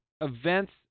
events